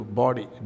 body